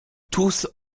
tousse